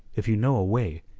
if you know a way,